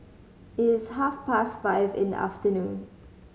it is half past five in the afternoon